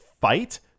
fight